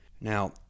Now